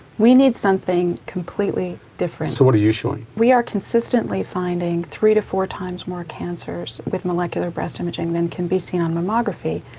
we need something completely different. so what are you showing? we are consistently finding three to four times more cancers with molecular breast imaging than can be seen on mammography.